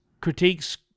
critiques